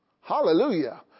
Hallelujah